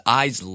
eyes